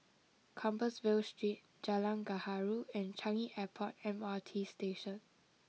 Compassvale Street Jalan Gaharu and Changi Airport M R T Station